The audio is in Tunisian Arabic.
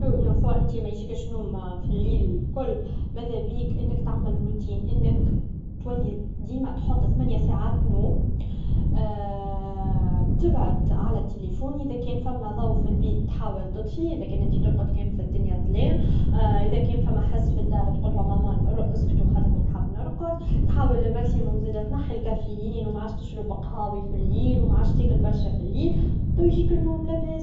شو انفوا انتي ميجيكش نوم فالليل و الكل مذابيك انك تعمر الروتين انك ديما تحط ثمنيه ساعات نوم تبعد على التلفون اذا كان ثم ضو فالبيت تحاول تطفيه يلا كان انتي ترقد في دنيا كامل ظلام اذا كان ثم حس فالدار تقلهم اسكتو خاطر اني حاب نرقد تحاول لوماكسيموم زاده تنحي لكافين و معادش تشرب لقهاوي فاليل و معادش تاكل برشه فالليل تو يجيك النوم لباس